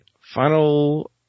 Final